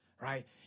right